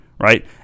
right